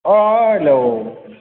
hello